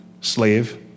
slave